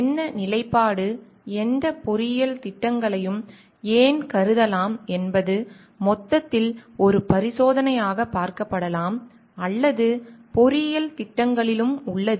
என்ன நிலைப்பாடு எந்த பொறியியல் திட்டங்களையும் ஏன் கருதலாம் என்பது மொத்தத்தில் ஒரு பரிசோதனையாக பார்க்கப்படலாம் அல்லது பொறியியல் திட்டங்களிலும் உள்ளது